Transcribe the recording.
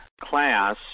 class